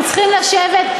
אנחנו צריכים לשבת,